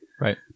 Right